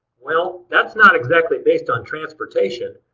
well that's not exactly based on transportation.